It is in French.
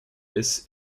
hesse